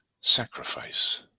sacrifice